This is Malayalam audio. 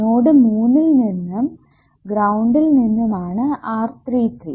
നോഡ് മൂന്നിൽ നിന്നും ഗ്രൌണ്ടിൽ നിന്നും ആണ് R33